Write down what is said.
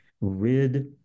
rid